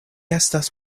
estas